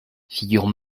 figurent